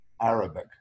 Arabic